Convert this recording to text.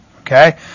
Okay